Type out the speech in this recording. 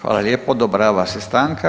Hvala lijepo, odobrava se stanka.